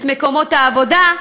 את מקומות העבודה,